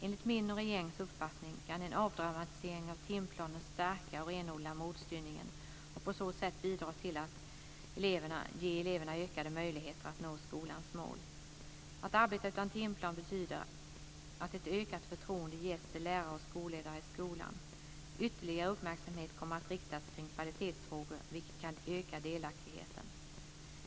Enligt min och regeringens uppfattning kan en avdramatisering av timplanen stärka och renodla målstyrningen och på så sätt bidra till att ge eleverna ökade möjligheter att nå skolans mål. Att arbeta utan timplan betyder att ett ökat förtroende ges till lärare och skolledare i skolan. Ytterligare uppmärksamhet kommer att riktas kring kvalitetsfrågor, vilket kan öka delaktigheten.